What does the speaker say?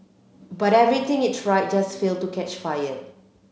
but everything it tried just failed to catch fire